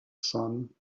sun